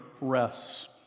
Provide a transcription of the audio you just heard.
rests